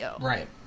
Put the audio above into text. Right